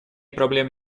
проблем